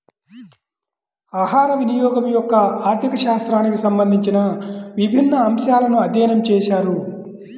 ఆహారవినియోగం యొక్క ఆర్థిక శాస్త్రానికి సంబంధించిన విభిన్న అంశాలను అధ్యయనం చేశారు